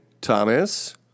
Thomas